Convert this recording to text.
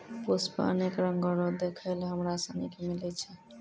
पुष्प अनेक रंगो रो देखै लै हमरा सनी के मिलै छै